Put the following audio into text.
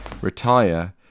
retire